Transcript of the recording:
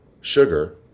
sugar